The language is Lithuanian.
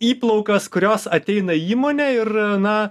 įplaukas kurios ateina į įmonę ir na